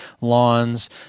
lawns